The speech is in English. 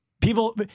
people